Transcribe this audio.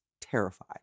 terrified